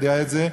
יודע את זה.